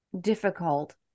difficult